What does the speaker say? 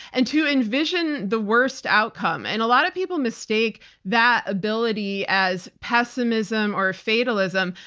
and to envision the worst outcome. and a lot of people mistake that ability as pessimism or fatalism,